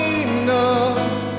enough